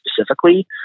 specifically